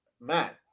Matt